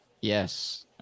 Yes